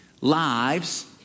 lives